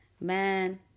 Man